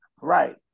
Right